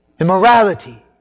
Immorality